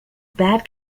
bad